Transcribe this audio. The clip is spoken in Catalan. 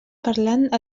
parlant